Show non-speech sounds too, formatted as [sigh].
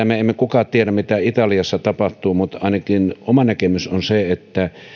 [unintelligible] me emme kukaan tiedä mitä italiassa tapahtuu mutta ainakin oma näkemykseni on se että